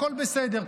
הכול בסדר,